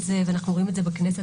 ואנחנו רואים את זה בכנסת,